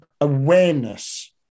awareness